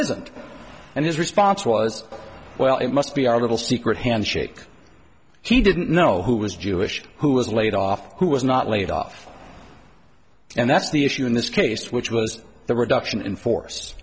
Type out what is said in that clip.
isn't and his response was well it must be our little secret handshake he didn't know who was jewish who was laid off who was not laid off and that's the issue in this case which was the reduction in force